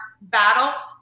battle